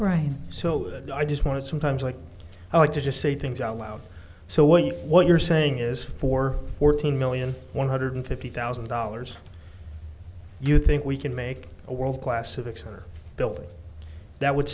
right so i just want to sometimes like i like to just say things out loud so what you what you're saying is for fourteen million one hundred fifty thousand dollars you think we can make a world class civic center built that would